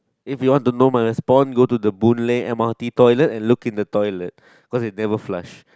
if you want to know my response go to the Boon Lay m_r_t toilet and look in the toilet cause they never flush